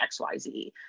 XYZ